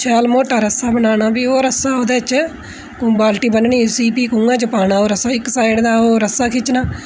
शैल मुट्टा रस्सा बनाना प्ही ओह् रस्सा ओहदे च बाल्टी ब'न्नी उसी प्ही खूहै च पाना ओह् रस्सा इक साइड दा ओह् रस्सा खिच्चना